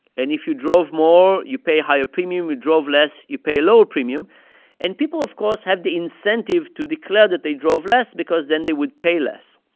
and if you drove more, you pay a higher premium. you drove less you pay a lower premium and people, of course, have the incentive to declare that they drove less because then, they would pay less.